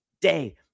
day